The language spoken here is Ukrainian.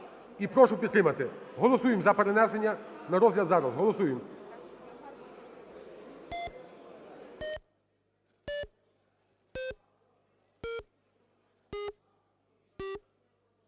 і прошу підтримати. Голосуємо за перенесення на розгляд зараз. Голосуємо!